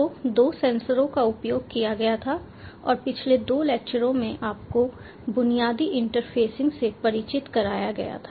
तो 2 सेंसरों का उपयोग किया गया था और पिछले 2 लेक्चरों में आपको बुनियादी इंटरफेसिंग से परिचित कराया गया था